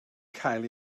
cael